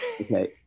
Okay